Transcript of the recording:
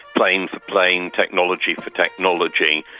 plane for plane, technology for technology,